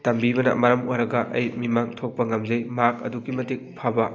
ꯇꯝꯕꯤꯕꯅ ꯃꯔꯝ ꯑꯣꯏꯔꯒ ꯑꯩ ꯃꯤꯃꯥꯡ ꯊꯣꯛꯄ ꯉꯝꯖꯩ ꯃꯍꯥꯛ ꯑꯗꯨꯛꯀꯤ ꯃꯇꯤꯛ ꯐꯕ